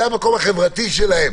זה המקום החברתי שלהם,